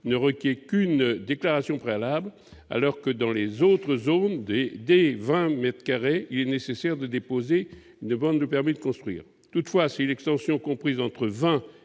ne requiert qu'une déclaration préalable, alors que dans les autres zones, dès 20 mètres carrés, il est nécessaire de déposer une demande de permis de construire. Toutefois, si l'extension, comprise entre 20